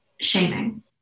shaming